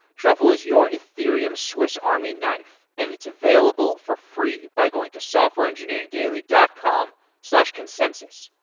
truffle is your ethereum swiss army knife and it's available for free by going to softwareengineeringdaily dot com slash consensys.